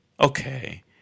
okay